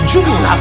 June